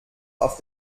auf